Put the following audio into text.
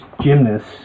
gymnast